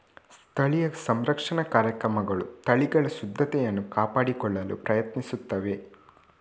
ಸ್ಥಳೀಯ ಸಂರಕ್ಷಣಾ ಕಾರ್ಯಕ್ರಮಗಳು ತಳಿಗಳ ಶುದ್ಧತೆಯನ್ನು ಕಾಪಾಡಿಕೊಳ್ಳಲು ಪ್ರಯತ್ನಿಸುತ್ತಿವೆ